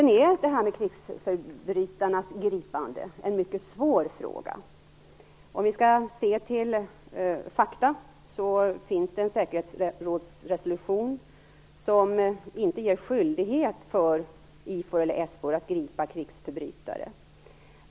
Krigsförbrytarnas gripande är en mycket svår fråga. Om vi skall se till fakta finns det en säkerhetsrådsresolution som inte ger skyldighet för IFOR eller SFOR att gripa krigsförbrytare.